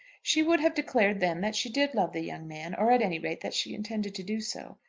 she would have declared then that she did love the young man or, at any rate, that she intended to do so.